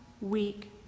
week